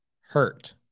hurt